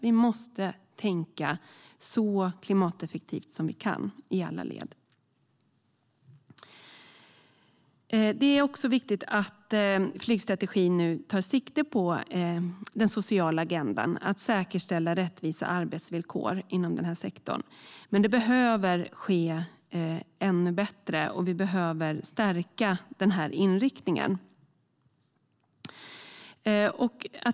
Vi måste tänka så klimateffektivt som vi kan i alla led. Det är viktigt att flygstrategin tar sikte på den sociala agendan - att säkerställa rättvisa arbetsvillkor inom sektorn. Men det behöver ske på ett ännu bättre sätt, och vi behöver stärka inriktningen.